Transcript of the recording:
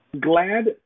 glad